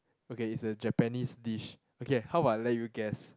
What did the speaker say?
okay is a Japanese dish okay how about I let you guess